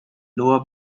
lower